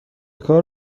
کار